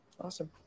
Awesome